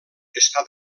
està